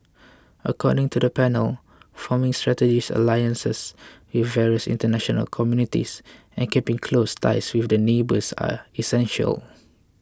according to the panel forming strategic alliances with various international communities and keeping close ties with their neighbours are essential